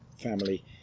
family